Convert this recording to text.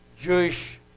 Jewish